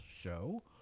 show